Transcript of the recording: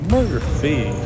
Murphy